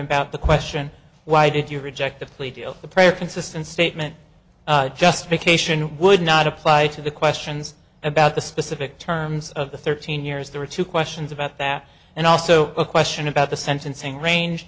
about the question why did you reject the plea deal the prior consistent statement just make a should and would not apply to the questions about the specific terms of the thirteen years there were two questions about that and also a question about the sentencing range